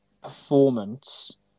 performance